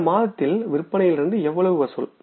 இந்த மாதத்தில் விற்பனையிலிருந்து எவ்வளவு வசூல்